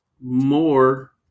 more